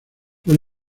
fue